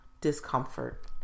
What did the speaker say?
discomfort